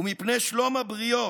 ומפני שלום הבריות,